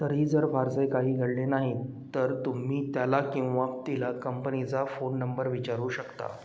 तरीही जर फारसे काही घडले नाही तर तुम्ही त्याला किंवा तिला कंपनीचा फोन नंबर विचारू शकता